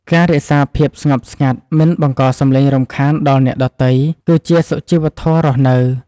ការរក្សាភាពស្ងប់ស្ងាត់មិនបង្កសំឡេងរំខានដល់អ្នកដទៃ គឺជាសុជីវធម៌រស់នៅ។